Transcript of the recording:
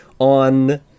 on